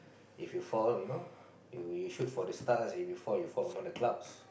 if you fall you know you you shoot for the stars if you fall you fall on the clouds